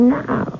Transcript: now